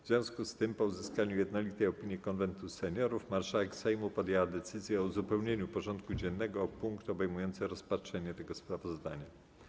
W związku z tym, po uzyskaniu jednolitej opinii Konwentu Seniorów, marszałek Sejmu podjęła decyzję o uzupełnieniu porządku dziennego o punkt obejmujący rozpatrzenie tego sprawozdania.